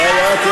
אולי את,